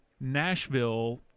Nashville